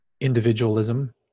individualism